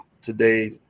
today